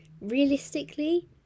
Realistically